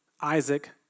Isaac